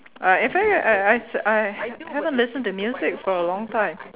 uh in fact I I I haven't listened to music for a long time